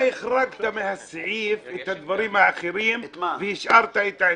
החרגת מסעיף 5 את הדברים האחרים והשארת את העיתונות?